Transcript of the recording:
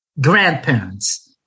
grandparents